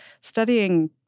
studying